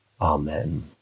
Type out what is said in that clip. Amen